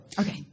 Okay